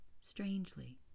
strangely